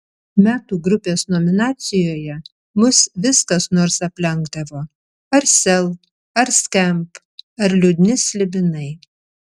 metų grupės nominacijoje mus vis kas nors aplenkdavo ar sel ar skamp ar liūdni slibinai